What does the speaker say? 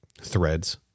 threads